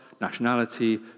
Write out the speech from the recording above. nationality